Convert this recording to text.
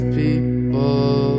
people